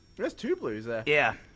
there's two blues there yeah